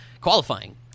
qualifying